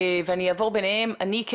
היא לא